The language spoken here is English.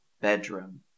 bedroom